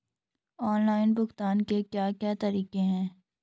Online भुगतान के क्या क्या तरीके हैं?